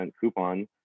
coupon